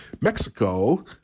Mexico